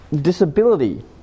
disability